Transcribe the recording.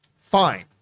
Fine